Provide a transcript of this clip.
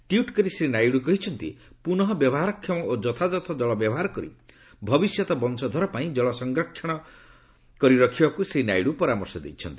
tweet କରି ଶ୍ରୀ ନାଇଡ଼ୁ କହିଛନ୍ତି ପୁନଃବ୍ୟବହାରକ୍ଷମ ଓ ଯଥାଯଥ ଜଳବ୍ୟବହାର କରି ଭବିଷ୍ୟତ ବଂଶଧର ପାଇଁ ଜଳ ସଂରକ୍ଷିତ ରଖିବାକୁ ଶ୍ରୀ ନାଇଡୁ ପରାମର୍ଶ ଦେଇଛନ୍ତି